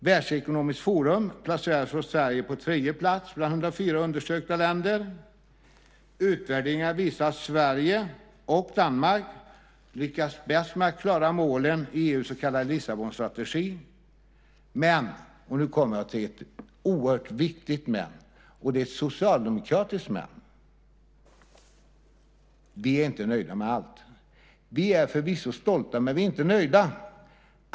Världsekonomiskt forum placerar Sverige på tredje plats bland 104 undersökta länder. Utvärderingar visar att Sverige och Danmark lyckats bäst med att klara målen i EU:s så kallade Lissabonstrategi. Men - och nu kommer jag till ett oerhört viktigt men, och det är ett socialdemokratiskt men - vi är inte nöjda med allt. Vi är förvisso stolta, men vi är inte nöjda.